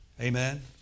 Amen